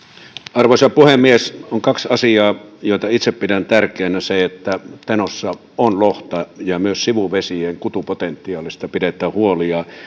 arvoisa puhemies on kaksi asiaa joita itse pidän tärkeänä että tenossa on lohta ja myös sivuvesien kutupotentiaalista pidetään huoli ja